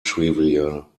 trivial